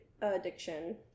addiction